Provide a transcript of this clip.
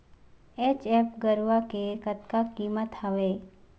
HF गरवा के कतका कीमत हवए?